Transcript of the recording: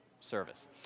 service